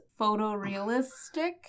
photorealistic